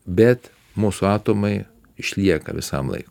bet mūsų atomai išlieka visam laikui